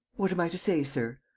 what am i to say, sir?